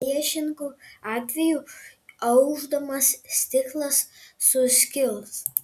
priešingu atveju aušdamas stiklas suskils